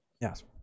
Yes